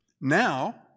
Now